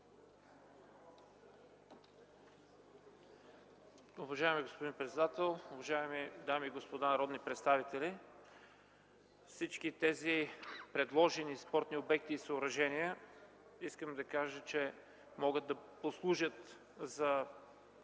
Уважаеми господин председател, уважаеми дами и господа народни представители, всички тези предложени спортни обекти и съоръжения, искам да кажа, че могат да послужат за